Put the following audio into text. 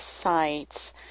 sites